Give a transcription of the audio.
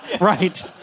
Right